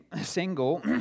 single